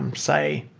um say,